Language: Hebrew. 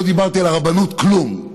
לא אמרתי על הרבנות כלום,